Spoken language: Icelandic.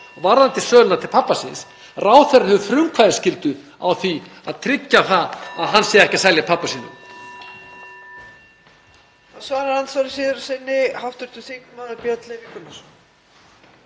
varðandi söluna til pabba síns þá hefur ráðherra frumkvæðisskyldu til að tryggja það að hann sé ekki að selja pabba sínum.